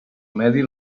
medi